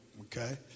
Okay